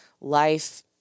Life